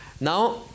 Now